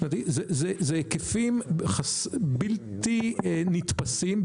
אלו היקפים בלתי נתפשים,